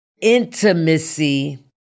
Intimacy